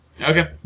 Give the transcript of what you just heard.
Okay